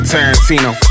Tarantino